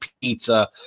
pizza